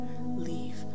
leave